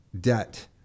debt